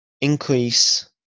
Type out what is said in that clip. increase